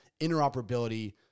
interoperability